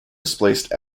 displaced